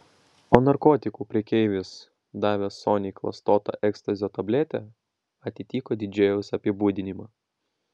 o narkotikų prekeivis davęs soniai klastotą ekstazio tabletę atitiko didžėjaus apibūdinimą